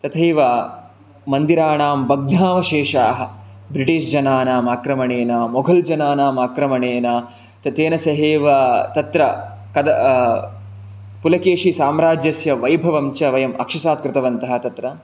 तथैव मन्दिराणां भग्नावशेषाः ब्रिटीश् जनानां आक्रमणेन मोघल् जनानां आक्रमणेन त तेन सहैव तत्र पुलकेशिसाम्राज्यस्य वैभवं च वयं अक्षसात् कृतवन्तः तत्र